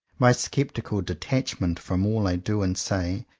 my scepti cal detachment from all i do and say,